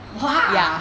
!wah!